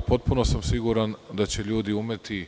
Potpuno sam siguran da će ljudi imati